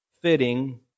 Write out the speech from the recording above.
fitting